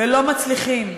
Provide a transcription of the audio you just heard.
ולא מצליחים.